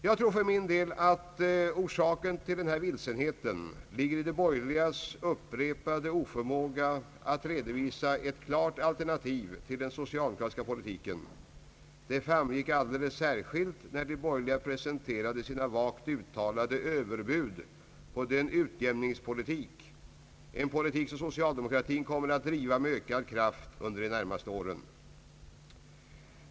Jag tror för min del att orsaken till denna vilsenhet ligger i de borgerligas upprepade oförmåga att redovisa ett klart alternativ till den socialdemokratiska politiken. Detta framgick särskilt när de borgerliga presenterade sina vagt uttalade överbud i förhållande till den utjämningspolitik, som socialdemokratin kommer att driva med ökad kraft under de närmaste åren.